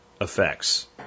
effects